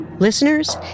Listeners